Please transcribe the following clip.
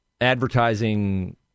advertising